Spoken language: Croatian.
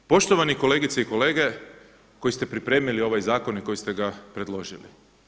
Poštovani kolegice i kolege, koji ste pripremili ovaj zakon i koji ste ga predložili.